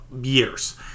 years